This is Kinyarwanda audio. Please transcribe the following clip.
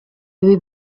ibi